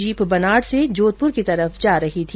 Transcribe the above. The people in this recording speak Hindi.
जीप बनाड़ से जोधपुर की तरफ जा रही थी